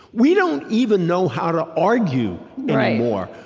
we don't even know how to argue anymore.